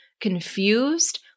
confused